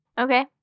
Okay